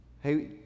Hey